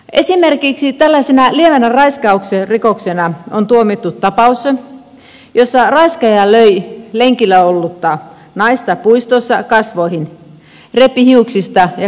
esimerkiksi tällaisena lievänä raiskausrikoksena on tuomittu tapaus jossa raiskaaja löi lenkillä ollutta naista puistossa kasvoihin repi hiuksista ja kaatoi maahan